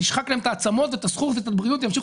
אני אשחק להן את העצמות ואת הבריאות והן ימשיכו